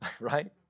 right